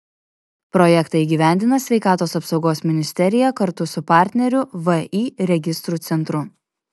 projektą įgyvendina sveikatos apsaugos ministerija kartu su partneriu vį registrų centru